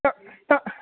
अ अ